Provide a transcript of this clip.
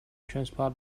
transport